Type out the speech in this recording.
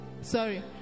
Sorry